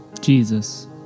Jesus